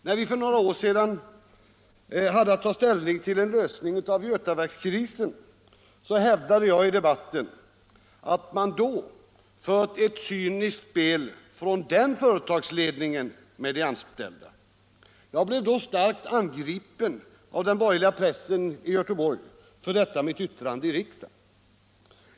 När vi för några år sedan hade att ta ställning till en lösning av Götaverkskrisen, hävdade jag i debatten att man då förde ett cyniskt spel från den företagsledningens sida mot företagets anställda. Jag blev starkt angripen av den borgerliga pressen i Göteborg för detta mitt yttrande i riksdagen.